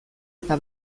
eta